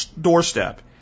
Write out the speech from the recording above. doorstep